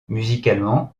musicalement